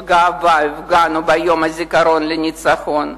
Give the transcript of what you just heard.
בגאווה הפגנו ביום הזיכרון לניצחון.